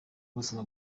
ubuzima